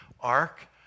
ark